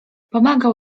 pomagał